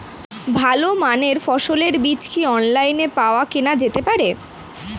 ভালো মানের ফসলের বীজ কি অনলাইনে পাওয়া কেনা যেতে পারে?